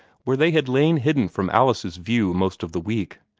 where they had lain hidden from alice's view most of the week.